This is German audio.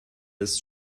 ist